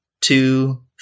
two